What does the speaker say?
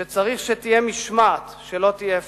שצריך שתהיה משמעת, שלא תהיה הפקרות.